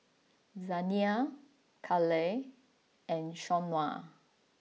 Zaniyah Kale and Shawnna